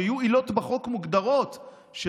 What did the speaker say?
שיהיו עילות מוגדרות בחוק,